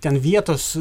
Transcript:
ten vietos